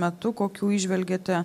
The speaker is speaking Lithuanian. metu kokių įžvelgiate